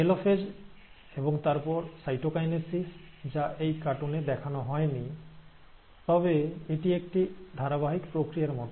telophase এবং তারপর cytokinesis যা এই কাটুন এ দেখানো হয়নি তবে এটি একটি ধারাবাহিক প্রক্রিয়ার মত